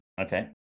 Okay